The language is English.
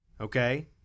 okay